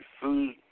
food